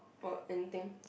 or anything